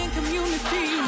community